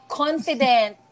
confident